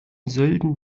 sölden